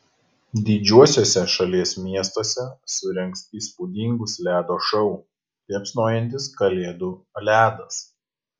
didžiuosiuose šalies miestuose surengs įspūdingus ledo šou liepsnojantis kalėdų ledas